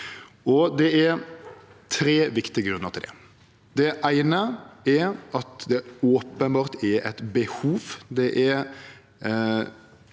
Det er tre viktige grunnar til det. Det eine er at det openbert er eit behov.